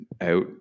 out